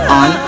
on